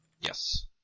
Yes